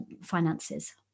finances